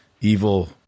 evil